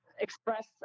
express